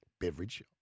beverage